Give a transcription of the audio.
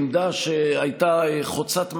עמדה שהייתה חוצת מחנות,